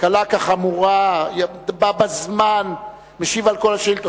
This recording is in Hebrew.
קלה כחמורה, בא בזמן, משיב על כל השאילתות.